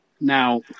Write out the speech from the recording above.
Now